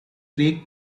streak